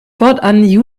fortan